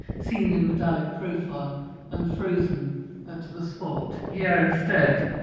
seen in medallic profile and frozen ah to the spot. here, instead,